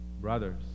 brothers